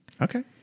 Okay